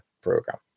program